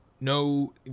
no